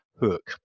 Hook